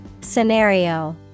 Scenario